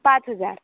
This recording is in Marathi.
पाच हजार